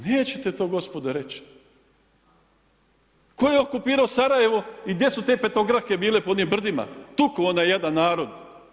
Nećete to gospodo reć, ko je okupirao Sarajevo i gdje su te petokrake bile po onim brdima, tuku onaj jadan narod.